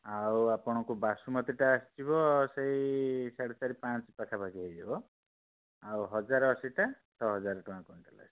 ଆଉ ଆପଣଙ୍କୁ ବାସୁମତିଟା ଆସିଯିବ ସେଇ ସାଢ଼େ ଚାରି ପାଞ୍ଚ ପାଖାପାଖି ହେଇଯିବ ଆଉ ହଜାରେ ଅଶୀଟା ଛଅ ହଜାର ଟଙ୍କା କୁଇଣ୍ଟାଲ ଆସିବ